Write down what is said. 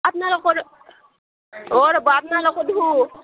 আপনালোকৰ অঁ ৰ'ব আপনালোকৰ দেখোন